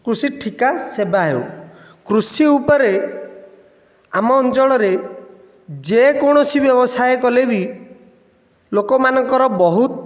କୃଷି ଠିକା ସେବା ହେଉ କୃଷି ଉପରେ ଆମ ଅଞ୍ଚଳରେ ଯେକୌଣସି ବ୍ୟବସାୟ କଲେ ବି ଲୋକମାନଙ୍କର ବହୁତ